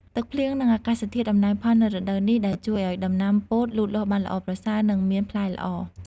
ទឹកភ្លៀង និងអាកាសធាតុអំណោយផលនៅរដូវនេះ ដែលជួយឱ្យដំណាំពោតលូតលាស់បានល្អប្រសើរ និងមានផ្លែល្អ។